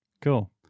Cool